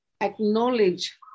acknowledge